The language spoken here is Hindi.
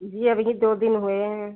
जी अभी दो दिन हुए हैं